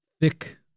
Thick